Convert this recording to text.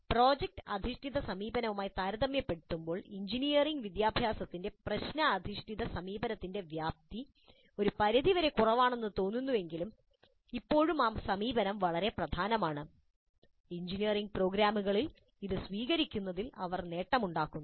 project അധിഷ്ഠിത സമീപനവുമായി താരതമ്യപ്പെടുത്തുമ്പോൾ എഞ്ചിനീയറിംഗ് വിദ്യാഭ്യാസത്തിൽ പ്രശ്നഅധിഷ്ഠിത സമീപനത്തിന്റെ വ്യാപ്തി ഒരു പരിധിവരെ കുറവാണെന്ന് തോന്നുന്നുവെങ്കിലും ഇപ്പോഴും ആ സമീപനവും വളരെ പ്രധാനമാണ് എഞ്ചിനീയറിംഗ് പ്രോഗ്രാമുകളിൽ അത് സ്വീകരിക്കുന്നതിൽ അത് നേട്ടമുണ്ടാക്കുന്നു